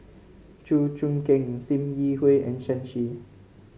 Chew Choo Keng Sim Yi Hui and Shen Xi